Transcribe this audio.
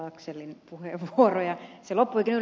laxellin puheenvuoroa